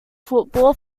football